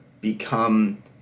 become